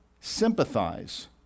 sympathize